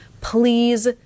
please